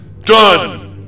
DONE